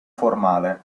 formale